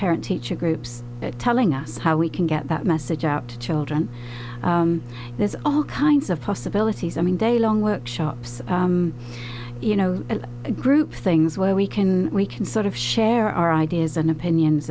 parent teacher groups telling us how we can get that message out to children there's all kinds of possibilities in daylong workshops you know group things where we can we can sort of share our ideas and opinions